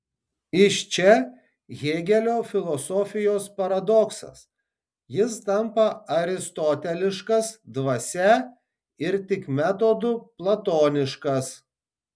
iš čia hėgelio filosofijos paradoksas jis tampa aristoteliškas dvasia ir tik metodu platoniškas